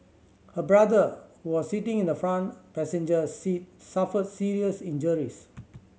her brother who was sitting in the front passenger seat suffered serious injuries